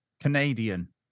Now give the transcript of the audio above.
Canadian